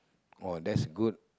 oh that's good